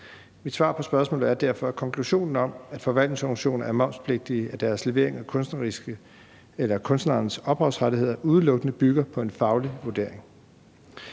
Mit svar på spørgsmålet er derfor, at konklusionen om, at forvaltningsorganisationer er momspligtige af deres levering af kunstnerens ophavsrettigheder, udelukkende bygger på en faglig vurdering.